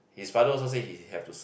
his father also say he he have to serve